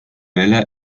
vella